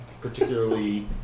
particularly